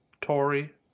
Tory